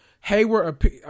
Hayward